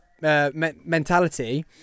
mentality